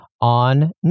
on